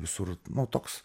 visur nu toks